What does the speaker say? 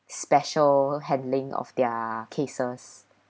special handling of their cases